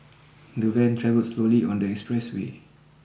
the van travelled slowly on the expressway